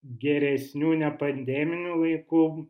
geresnių nepademinių vaikų